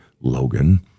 Logan